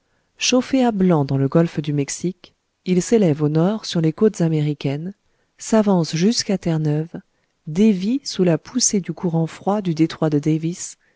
chauffé à blanc dans le golfe du mexique il s'élève au nord sur les côtes américaines s'avance jusqu'à terre-neuve dévie sous la poussée du courant froid du détroit de davis